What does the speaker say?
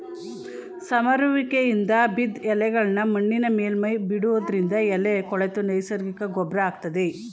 ಸಮರುವಿಕೆಯಿಂದ ಬಿದ್ದ್ ಎಲೆಗಳ್ನಾ ಮಣ್ಣಿನ ಮೇಲ್ಮೈಲಿ ಬಿಡೋದ್ರಿಂದ ಎಲೆ ಕೊಳೆತು ನೈಸರ್ಗಿಕ ಗೊಬ್ರ ಆಗ್ತದೆ